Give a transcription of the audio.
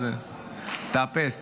תאפס.